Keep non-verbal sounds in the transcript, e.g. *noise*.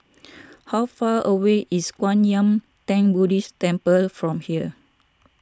*noise* how far away is Kwan Yam theng Buddhist Temple from here